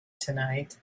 tonight